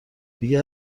دیگه